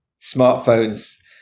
smartphones